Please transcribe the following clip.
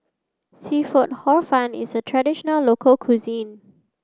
seafood Hor Fun is a traditional local cuisine